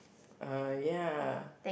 uh ya